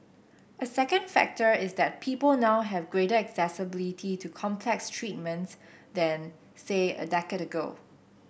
a second factor is that people now have greater accessibility to complex treatments than say a decade ago